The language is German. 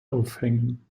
aufhängen